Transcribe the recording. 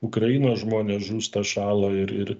ukrainos žmonės žūsta šąla ir ir